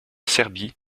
serbie